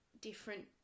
different